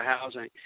Housing